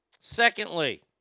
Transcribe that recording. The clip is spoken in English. Secondly